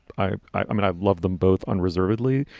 i i mean, i love them both unreservedly.